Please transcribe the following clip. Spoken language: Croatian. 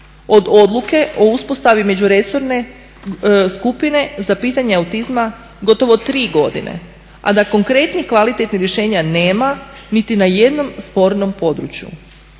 odluke o uspostavi međuresorne skupine za pitanje autizma gotovo 3 godine, a da konkretnih kvalitetnih rješenja nema niti na jednom spornom području.